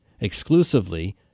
exclusively